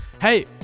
hey